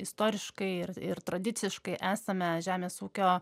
istoriškai ir ir tradiciškai esame žemės ūkio